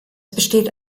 besteht